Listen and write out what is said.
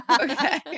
Okay